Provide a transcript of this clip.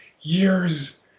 years